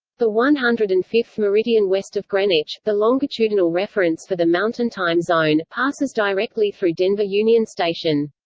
the one hundred and fifth meridian west of greenwich, the longitudinal reference for the mountain time zone, passes directly through denver union station.